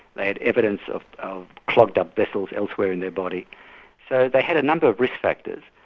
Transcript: they had evidence of of clogged up vessels elsewhere in their body so they had a number of risk factors.